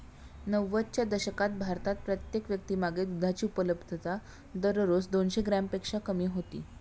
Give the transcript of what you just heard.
नव्वदच्या दशकात भारतात प्रत्येक व्यक्तीमागे दुधाची उपलब्धता दररोज दोनशे ग्रॅमपेक्षा कमी होती